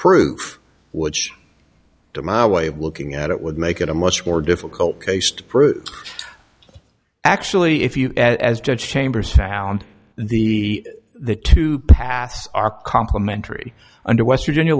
proof which to my way of looking at it would make it a much more difficult case to prove actually if you as judge chambers found the the to pass are complementary under west virginia